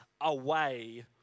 away